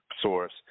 source